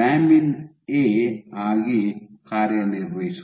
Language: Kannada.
ಲ್ಯಾಮಿನ್ ಎ ಆಗಿ ಕಾರ್ಯನಿರ್ವಹಿಸುತ್ತದೆ